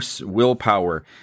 willpower